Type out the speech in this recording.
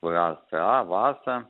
va sa vasa